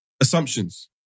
Assumptions